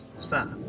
Stop